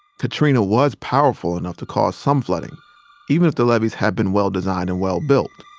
katrina was powerful enough to cause some flooding even if the levees had been well designed and well built.